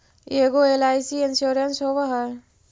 ऐगो LIC insurance होव है?